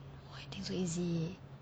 !wah! you think so easy